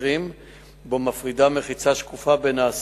או מעדיף להיחשב כמעצר-בית ואינו יוצא לבית-הכנסת.